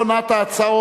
21 בעד,